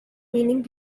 meaning